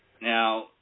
Now